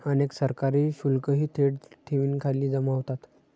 अनेक सरकारी शुल्कही थेट ठेवींखाली जमा होतात